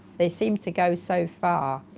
they seem to go so far,